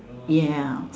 ya